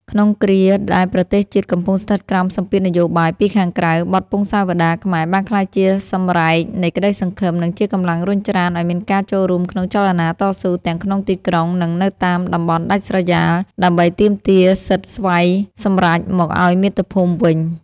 ក្នុងគ្រាដែលប្រទេសជាតិកំពុងស្ថិតក្រោមសម្ពាធនយោបាយពីខាងក្រៅ បទពង្សាវតារខ្មែរបានក្លាយជាសម្រែកនៃក្តីសង្ឃឹម និងជាកម្លាំងរុញច្រានឱ្យមានការចូលរួមក្នុងចលនាតស៊ូទាំងក្នុងទីក្រុង និងនៅតាមតំបន់ដាច់ស្រយាល ដើម្បីទាមទារសិទ្ធិស្វ័យសម្រេចមកឱ្យមាតុភូមិវិញ។